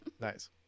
Nice